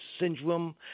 Syndrome